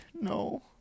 no